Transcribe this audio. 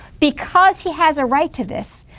because he has a right to this.